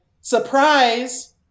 surprise